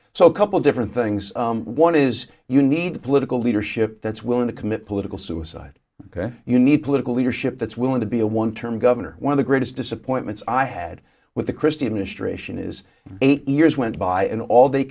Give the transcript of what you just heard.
so a couple different things one is you need political leadership that's willing to commit political suicide you need political leadership that's willing to be a one term governor one of the greatest disappointments i had with the christie administration is eight years went by and all they